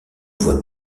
voie